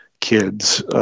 kids